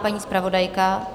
Paní zpravodajka?